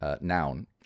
Noun